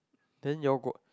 then you all got